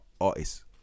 artists